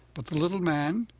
but the little man,